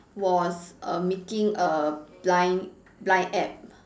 was a making a bind blind App